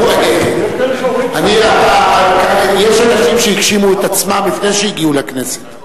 יש אנשים שהגשימו את עצמם לפני שהגיעו לכנסת.